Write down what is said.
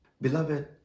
Beloved